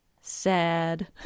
Sad